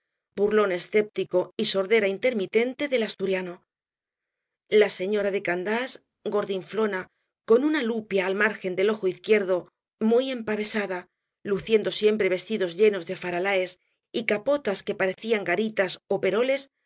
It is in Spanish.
burlón escepticismo y sordera intermitente del asturiano la señora de candás gordinflona con una lupia al margen del ojo izquierdo muy empavesada luciendo siempre vestidos llenos de faralaes y capotas que parecían garitas ó peroles